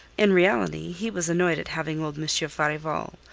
in reality he was annoyed at having old monsieur farival,